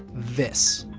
this.